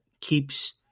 keeps